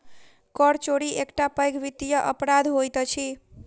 कर चोरी एकटा पैघ वित्तीय अपराध होइत अछि